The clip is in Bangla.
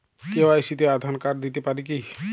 কে.ওয়াই.সি তে আঁধার কার্ড দিতে পারি কি?